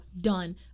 Done